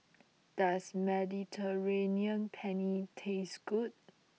does Mediterranean Penne taste good